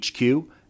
HQ